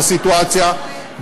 בסיטואציה,